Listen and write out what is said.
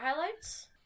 highlights